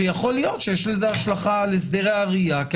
שיכול להיות שיש לזה השלכה על הסדרי הראייה כי